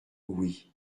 oui